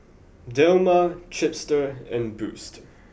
Dilmah Chipster and Boost